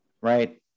right